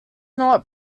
not